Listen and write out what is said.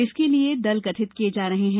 इसके लिए दल गठित किये जा रहे हैं